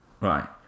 Right